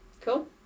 Cool